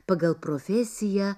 pagal profesiją